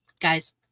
Guys